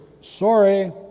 sorry